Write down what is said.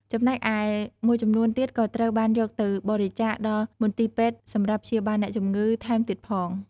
ចំណែកឯ មួយចំនួនទៀតក៏ត្រូវបានយកទៅបរិច្ឆាកដល់មន្ទីរពេទ្យសម្រាប់ព្យាបាលអ្នកជំងឺថែមទៀតផង។